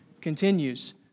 continues